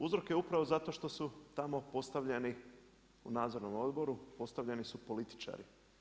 Uzrok je upravo zato što su tamo postavljeni u nadzornom odboru, postavljani su političari.